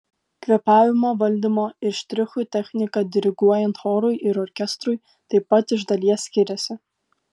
kvėpavimo valdymo ir štrichų technika diriguojant chorui ir orkestrui taip pat iš dalies skiriasi